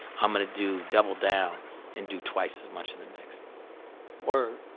i'm going to do double down and do twice as much in the next word.